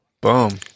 boom